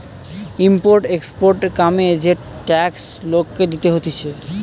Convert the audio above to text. import exporter কামে যে tax লোককে দিতে হতিছে